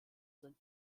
sind